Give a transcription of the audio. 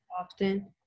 often